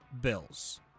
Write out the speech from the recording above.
Bills